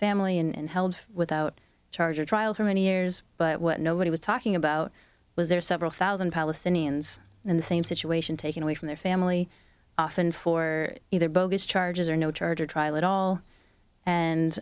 family and held without charge or trial for many years but what nobody was talking about was there are several thousand palestinians in the same situation taking away from their family often for either bogus charges or no charge or trial at all and